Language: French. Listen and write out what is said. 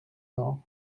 cents